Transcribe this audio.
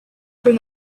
from